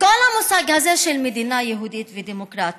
וכל המושג הזה של מדינה יהודית ודמוקרטית,